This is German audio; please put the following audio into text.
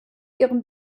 ihren